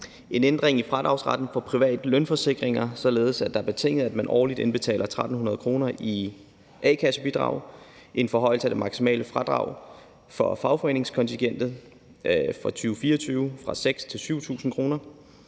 en ændring af fradragsretten for private lønforsikringer, således at det er betinget, at man årligt indbetaler 1.300 kr. i a-kassebidrag, en forhøjelse af det maksimale fradrag for fagforeningskontingentet for 2024 fra 6.000 til 7.000 kr.